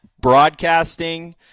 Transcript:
broadcasting